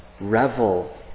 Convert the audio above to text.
revel